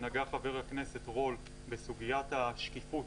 נגע חבר הכנסת רול בסוגיית השקיפות,